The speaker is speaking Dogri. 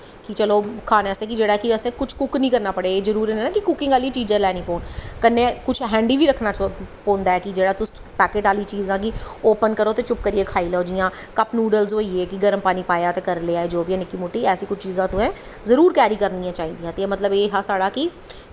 कि चलो खाने आस्तै चलो कि कुछ कुक निं करना पवै जरूरी निं ऐ कि कुकिंग आह्ली चीजां लानियां कन्नै कुछ हैंडी गी रक्खनी पौंदा ऐ कि जेह्ड़ी तुस पैकिंग आह्ली ओपन करो ते चुप्प करियै खाई लैओ जि'यां कप नूडल होइयै पानी पाया ते करी लेआ जो बी ऐ कुछ ऐसी चीजां ऐं जरूर कैरी करनियां चाहिदियां ते एह् हा साढ़ा कि